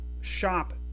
shop